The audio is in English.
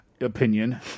opinion